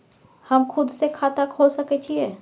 हम खुद से खाता खोल सके छीयै?